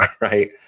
right